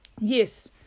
Yes